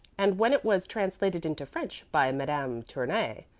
and when it was translated into french by madame tournay,